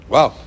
Wow